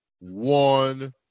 one